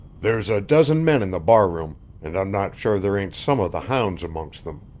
there's a dozen men in the bar-room, and i'm not sure there ain't some of the hounds amongst them.